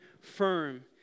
firm